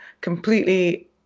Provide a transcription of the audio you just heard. completely